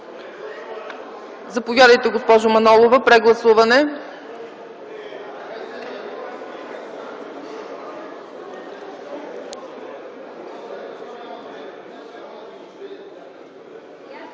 Заповядайте, госпожо Манолова – прегласуване.